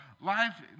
Life